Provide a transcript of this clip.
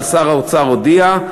אבל שר האוצר הודיע,